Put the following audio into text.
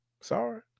Sorry